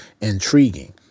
intriguing